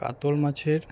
কাতল মাছের